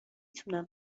تونم